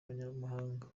banyamahanga